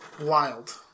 Wild